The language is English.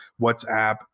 WhatsApp